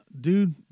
dude